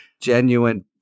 genuine